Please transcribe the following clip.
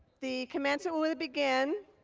the commencement will begin,